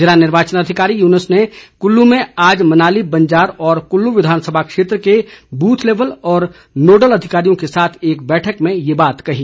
जिला निर्वाचन अधिकारी युनूस ने कुल्लू में आज मनाली बंजार और कुल्लू विधानसभा क्षेत्र के बूथ लेबल और नोडल अधिकारियों के साथ एक बैठक में ये बात कही